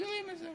מכירים את זה.